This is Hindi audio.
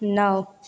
नौ